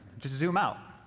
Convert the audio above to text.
just zoom out.